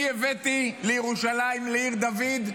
אני הבאתי לירושלים, לעיר דוד,